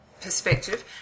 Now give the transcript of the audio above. perspective